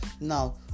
Now